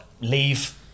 leave